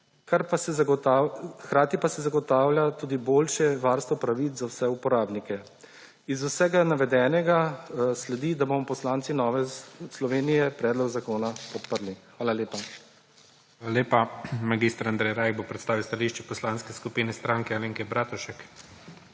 hkrati pa se zagotavlja tudi boljše varstvo pravic za vse uporabnike. Iz vsega navedenega sledi, da bomo poslanci Nove Slovenije predlog zakona podprli. Hvala lepa. **PREDSEDNIK IGOR ZORČIČ:** Hvala lepa. Mag. Andrej Rajh bo predstavil stališče Poslanske skupine Stranke Alenke Bratušek.